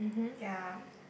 ya